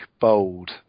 bold